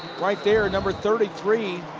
right there, and number thirty three.